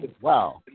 Wow